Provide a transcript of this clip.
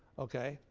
okay?